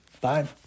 Bye